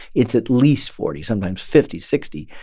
it's at least forty, sometimes fifty, sixty,